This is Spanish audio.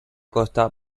costa